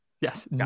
Yes